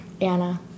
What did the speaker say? Anna